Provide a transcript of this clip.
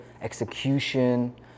execution